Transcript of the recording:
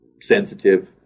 sensitive